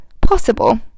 possible